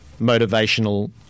motivational